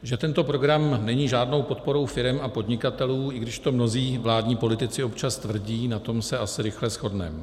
Že tento program není žádnou podporou firem a podnikatelů, i když to mnozí vládní politici občas tvrdí, na tom se asi rychle shodneme.